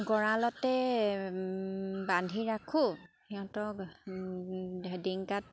গঁড়ালতে বান্ধি ৰাখোঁ সিহঁতক ড্ৰিংকাত